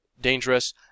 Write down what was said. dangerous